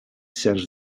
cens